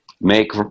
make